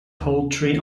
poultry